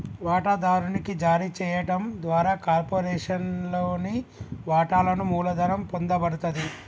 వాటాదారునికి జారీ చేయడం ద్వారా కార్పొరేషన్లోని వాటాలను మూలధనం పొందబడతది